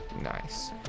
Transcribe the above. nice